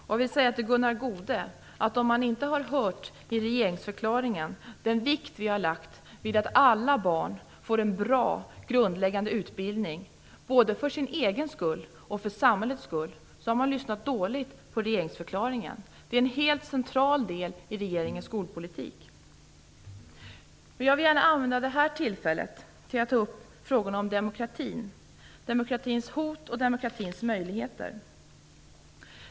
Om Gunnar Goude inte har noterat den vikt vi i regeringsförklaringen har lagt vid att alla barn får en bra grundläggande utbildning, både för deras egen skull och för samhällets skull, har han lyssnat dåligt på regeringsförklaringen. Detta är en helt central del i regeringens skolpolitik. Jag vill gärna använda det här tillfället till att ta upp frågorna om demokratin, hoten mot demokratin och demokratins möjligheter.